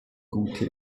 gute